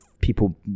people